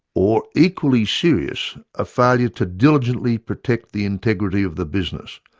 or equally serious, a failure to diligently protect the integrity of the business,